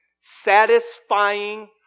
satisfying